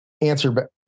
answer